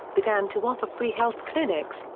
began to offer free health clinics,